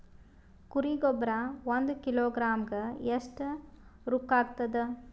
ಕುರಿ ಗೊಬ್ಬರ ಒಂದು ಕಿಲೋಗ್ರಾಂ ಗ ಎಷ್ಟ ರೂಕ್ಕಾಗ್ತದ?